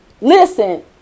Listen